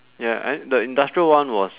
ya and the industrial one was